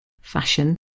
fashion